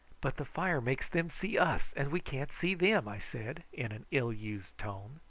but the fire makes them see us, and we can't see them, i said, in an ill-used tone.